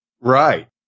Right